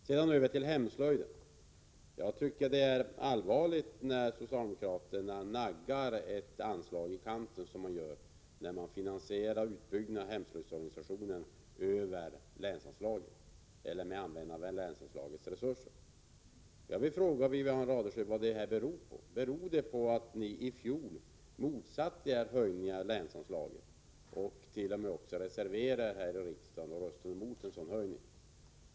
Sedan över till frågan om hemslöjden. Det är allvarligt, när man som socialdemokraterna naggar ett anslag i kanten genom att föreslå att utbyggnaden av hemslöjdsorganisationen skall finansieras med användande av länsanslagets resurser. Jag vill fråga Wivi-Anne Radesjö vad detta beror på. Beror det på att ni socialdemokrater i fjol motsatte er höjningar av länsanslaget? reserverade er här i riksdagen och röstade emot en sådan höjning.